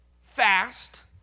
fast